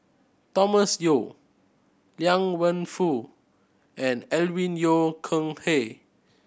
Thomas Yeo Liang Wenfu and Alvin Yeo Khirn Hai